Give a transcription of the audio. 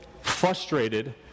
frustrated